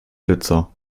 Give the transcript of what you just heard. blitzer